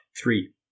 Three